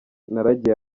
naragiye